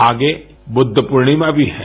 आगे बुद्ध पूर्णिमा भी है